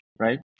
Right